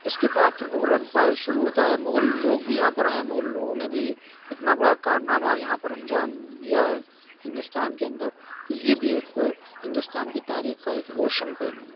اس کے بعد پھر مغل امپائر شروع ہوتا ہے مغل لوگ بھی یہاں پر آئے مغل لوگوں نے بھی اتنا بڑا کارنامہ یہاں پر انجام دیا ہے ہندوستان کے اندر تو یہ بھی ایک ہندوستان کی تاریخ کا ایک روشن پہلو ہے